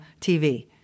TV